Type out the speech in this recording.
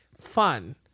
fun